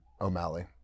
O'Malley